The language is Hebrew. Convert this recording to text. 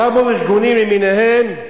קמו ארגונים למיניהם,